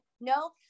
no